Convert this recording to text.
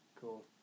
Cool